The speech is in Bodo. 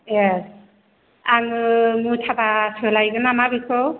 ए आङो मुथाबासो लायगोन नामा बेखौ